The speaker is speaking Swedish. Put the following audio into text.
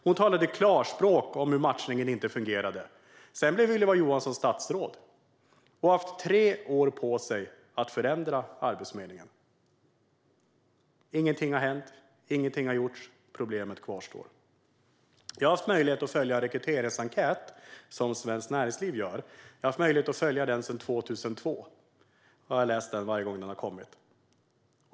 Hon talade klarspråk om att matchningen inte fungerade. Sedan blev Ylva Johansson statsråd. Hon har nu haft tre år på sig att förändra Arbetsförmedlingen. Ingenting har hänt. Ingenting har gjorts. Problemet kvarstår. Jag har sedan 2002 haft möjlighet att följa den rekryteringsenkät som Svenskt Näringsliv gör och har läst den varje gång den har kommit.